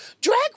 Drag